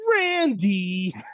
Randy